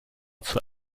zur